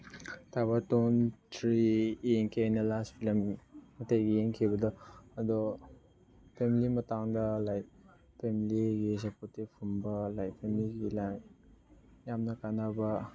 ꯊꯕꯥꯇꯣꯟ ꯊ꯭ꯔꯤ ꯌꯦꯡꯈꯤ ꯑꯩꯅ ꯂꯥꯁ ꯐꯤꯂꯝ ꯍꯟꯗꯛ ꯌꯦꯡꯈꯤꯕꯗꯣ ꯑꯗꯣ ꯐꯦꯃꯤꯂꯤ ꯃꯇꯥꯡꯗ ꯂꯥꯏꯛ ꯐꯦꯃꯤꯂꯤꯒꯤ ꯁꯞꯄꯣꯔꯇꯤꯚ ꯒꯨꯝꯕ ꯂꯥꯏꯛ ꯌꯥꯝꯅ ꯀꯥꯟꯅꯕ